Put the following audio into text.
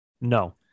No